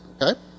Okay